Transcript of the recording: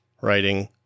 writing